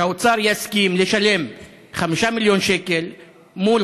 שהאוצר יסכים לשלם 5 מיליון שקל מול